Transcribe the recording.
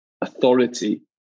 authority